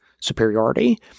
superiority